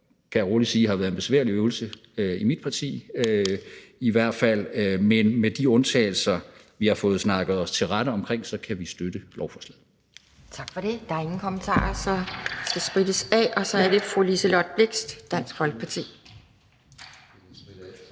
sige, har været en besværlig øvelse i i hvert fald mit parti. Men med de undtagelser, vi har fået snakket os til rette omkring, kan vi støtte lovforslaget.